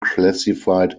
classified